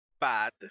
bad